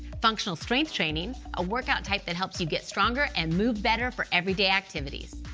functional strength training, a workout type that helps you get stronger and move better for everyday activities,